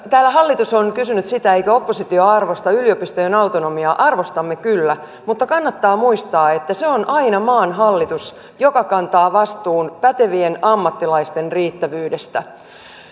täällä hallitus on kysynyt sitä eikö oppositio arvosta yliopistojen autonomiaa arvostamme kyllä mutta kannattaa muistaa että se on aina maan hallitus joka kantaa vastuun pätevien ammattilaisten riittävyydestä